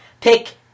pick